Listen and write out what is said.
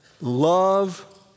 Love